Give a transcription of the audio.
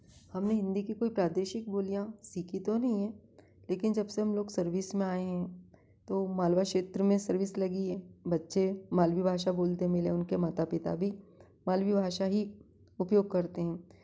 हमने हिंदी की कोई प्रादेशिक बोलियाँ सीखी तो नहीं है लेकिन जब से हम लोग सर्विस में आए हैं तो मालवा क्षेत्र में सर्विस लगी है बच्चे मालवी भाषा बोलते मिले उनके माता पिता भी मालवी भाषा ही उपयोग करते हैं